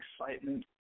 excitement